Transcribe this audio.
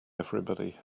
everybody